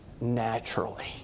naturally